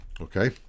Okay